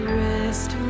rest